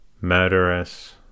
murderous